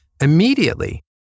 immediately